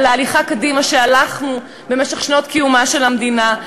על ההליכה קדימה שהלכנו במשך שנות קיומה של המדינה.